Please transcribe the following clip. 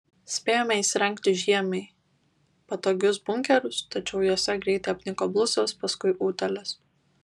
spėjome įsirengti žiemai patogius bunkerius tačiau juose greitai apniko blusos paskui utėlės